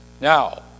Now